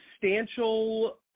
substantial